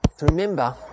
remember